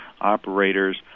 operators